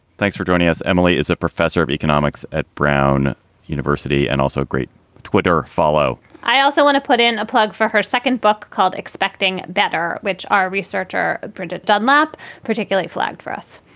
thanks for joining us. emily is a professor of economics at brown university and also a great twitter follow i also want to put in a plug for her second book called expecting better, which our researcher printed. dunlap particularly flagged for us.